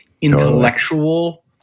intellectual